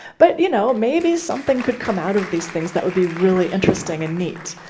but you know, maybe something could come out of these things that would be really interesting and neat.